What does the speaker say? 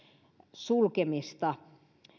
sulkemista